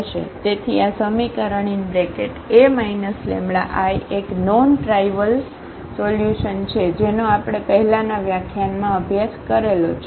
તેથી આ સમીકરણ A λI એક નોન ટ્રાઇવલ સોલ્યુશન છે જેનો આપણે પહેલાના વ્યાખ્યાનમાં અભ્યાસ કર્યો છે